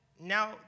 Now